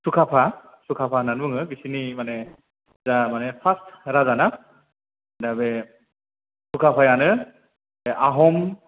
सुकापा सुकापा होननानै बुङो बिसोरनि मानि जा मानि फास राजा ना दा बे सुकापायानो बे आहम